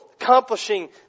accomplishing